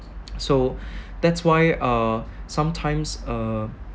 so that's why uh sometimes uh